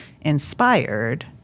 inspired